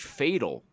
fatal